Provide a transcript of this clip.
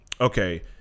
okay